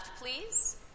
please